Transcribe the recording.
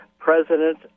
President